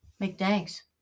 McDank's